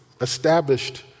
established